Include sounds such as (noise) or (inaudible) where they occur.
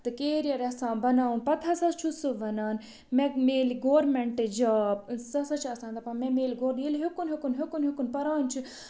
تہٕ کیریَر یَژھان بَناوُن پَتہٕ ہسا چھُ سُہ وَنان مےٚ مِلہِ گورمٮ۪نٛٹ جاب سُہ ہَسا چھِ آسان دَپان مےٚ مِلہِ (unintelligible) ییٚلہِ ہیوٚکُن ہیوٚکُن ہیوٚکُن ہیوٚکُن پَران چھِ